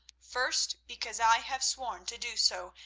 first, because i have sworn to do so,